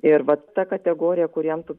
ir vat ta kategorija kuriem tų